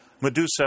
Medusa